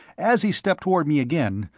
as he stepped toward me again,